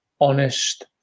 honest